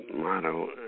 motto